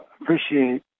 appreciate